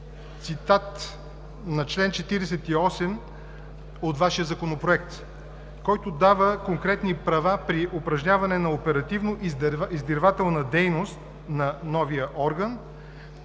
цитат на чл. 48 от Вашия Законопроект, който дава конкретни права при упражняване на оперативно-издирвателна дейност на новия орган,